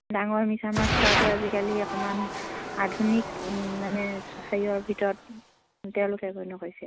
ডাঙৰ মিছা মাছ খোৱাটো আজিকালি অকণমান আধুনিক মানে হেৰিয়ৰ ভিতৰত তেওঁলোকে গণ্য় হৈছে